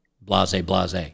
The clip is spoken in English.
blase-blase